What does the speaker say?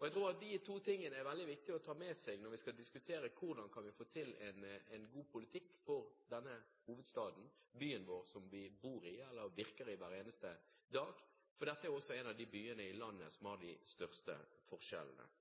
Jeg tror at disse to tingene er det viktig å ta med seg når vi skal diskutere hvordan vi kan få til en god politikk for denne hovedstaden – byen vår – som vi bor i, og har vårt virke i hver eneste dag. Dette er også en av byene i landet med de største forskjellene.